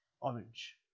orange